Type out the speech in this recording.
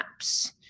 apps